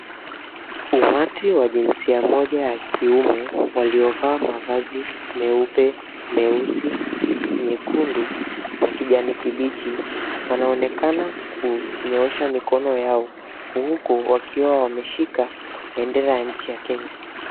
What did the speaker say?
Umati wa jinsia moja ya kiume waliovaa mavazi meupe, meusi, nyekundu, na kijani kibichi, wanaonekana kunyoosha mikono yao huku wakiwa wameshika bendera ya nchi ya Kenya